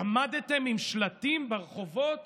עמדתם עם שלטים ברחובות